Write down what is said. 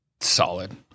Solid